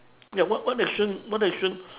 ya what what action what action